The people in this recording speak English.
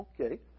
Okay